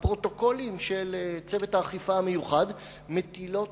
הפרוטוקולים של צוות האכיפה המיוחד מטילים